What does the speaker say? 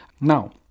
Now